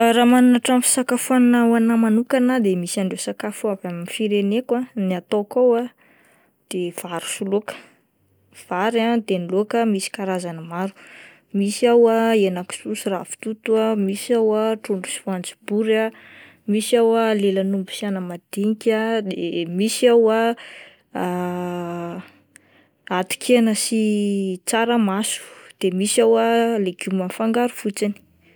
Raha manana trano fisakafoanana ho anahy manokana de misy andreo sakafo avy amin'ny fireneko ah, ny ataoko ao ah de vary sy laoka, vary ah de ny laoka misy karazany maro: misy ao ah henakisoa sy ravitoto, misy ao ah trondro sy voanjobory, misy ao ah lelan'omby sy ana-madinika, de misy ao atikena sy tsaramaso, de misy ao ah legioma mifangaro fotsiny.